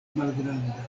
malgranda